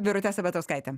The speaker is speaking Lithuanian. birute sabatauskaite